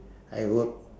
I worked